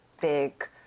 big